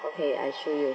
okay I show you